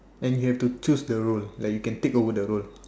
and you have to choose the role like you can take over the role